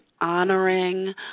honoring